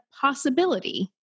possibility